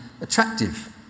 attractive